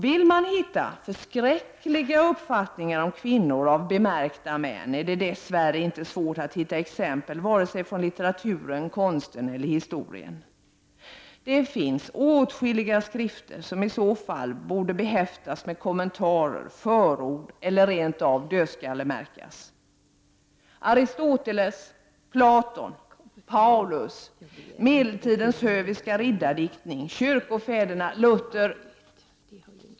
Vill man hitta förskräckliga uppfattningar om kvinnor, uttalade av bemärkta män, är det dess värre inte svårt att hitta exempel från vare sig litteraturen, konsten eller historien. Det finns åtskilliga skrifter som i så fall borde behäftas med kommentarer, förord eller rent av dödskallemärken — Aristoteles, Platon, Paulus, medeltidens höviska riddardiktning, kyrkofäderna, Luther.